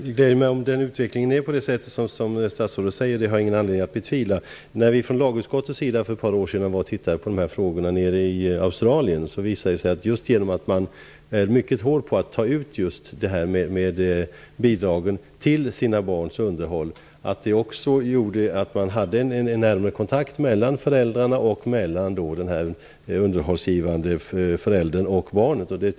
Fru talman! Det gläder mig om utvecklingen är sådan som statsrådet säger, och det har jag ingen anledning att betvivla. Vi i lagutskottet var för ett par år sedan i Australien och tittade på dessa frågor. Det visade sig att man där var mycket hård på att ta ut bidragen till sina barns underhåll. Det gjorde att det blev en närmare kontakt mellan föräldrarna och mellan underhållsgivande föräldern och barnet.